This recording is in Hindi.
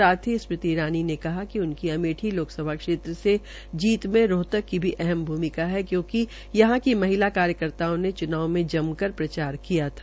साथ ही अलावा स्मृति ईरानी ने कहा कि उनकी अमेठी लोकसभा क्षेत्र से जीत में रोहतक की भी अहम भ्मिका है क्योंकि यहां की महिला कार्यकर्ताओं ने चुनाव में जमकर प्रचार किया था